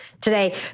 today